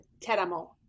Teramo